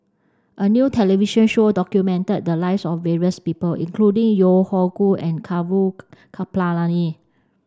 a new television show documented the lives of various people including Yeo Hoe Koon and Gaurav Kripalani